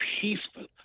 peaceful